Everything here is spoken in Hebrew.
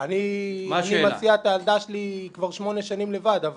אני מסיע את הילדה שלי כבר שמונה שנים לבד.